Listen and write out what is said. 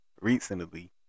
recently